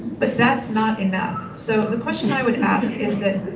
but that's not enough. so the question i would ask is that,